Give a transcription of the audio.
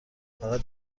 فقط